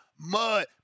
Mud